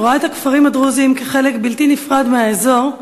שרואה את הכפרים הדרוזיים כחלק בלתי נפרד מהאזור,